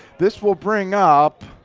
this will bring up,